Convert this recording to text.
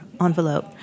envelope